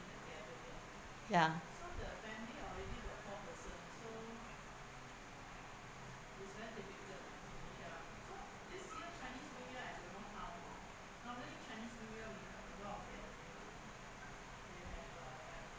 ya